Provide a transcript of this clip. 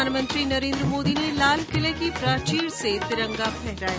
प्रधानमंत्री नरेन्द्र मोदी ने लालकिले की प्राचीर से तिरंगा फहराया